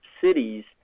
cities